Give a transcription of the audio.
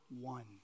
one